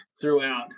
throughout